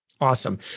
Awesome